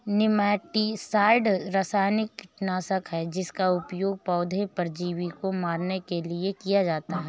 nematicide रासायनिक कीटनाशक है जिसका उपयोग पौधे परजीवी को मारने के लिए किया जाता है